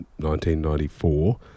1994